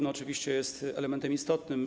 To oczywiście jest elementem istotnym.